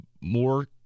more